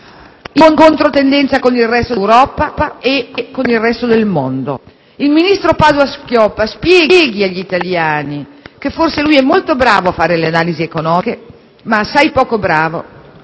in controtendenza con il resto dell'Europa e con il resto del mondo. Il ministro Padoa‑Schioppa spieghi agli italiani che forse è più bravo a fare le analisi economiche, piuttosto